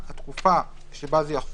טור